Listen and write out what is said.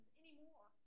anymore